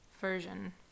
version